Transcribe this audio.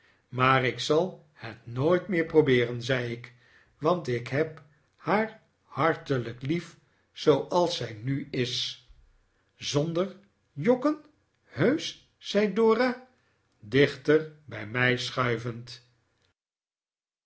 maar ik zal het nooit meer probeeren zei ik want ik heb haar hartelijk lief zooals zij nu is zonder jokken heusch zei dora dichter bij mij schuivend